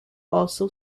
also